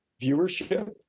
viewership